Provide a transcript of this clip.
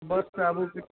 बससँ आबु